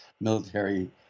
military